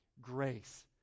Grace